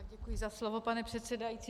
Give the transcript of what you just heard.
Děkuji za slovo, pane předsedající.